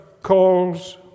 calls